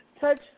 touch